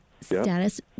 status